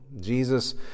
Jesus